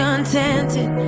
Contented